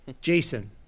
Jason